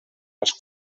als